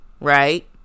right